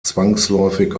zwangsläufig